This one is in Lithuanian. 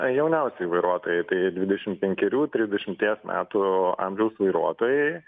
jauniausieji vairuotojai tai dvidešimt penkerių trisdešimties metų amžiaus vairuotojai